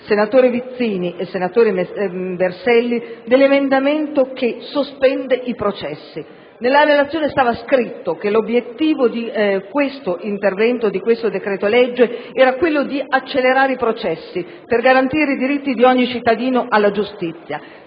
senatore Vizzini e il senatore Berselli, dell'emendamento che sospende i processi. Nella relazione stava scritto che l'obiettivo di questo decreto-legge era quello di accelerare i processi per garantire il diritto di ogni cittadino alla giustizia;